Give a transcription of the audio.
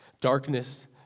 darkness